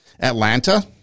Atlanta